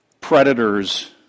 predators